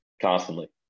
constantly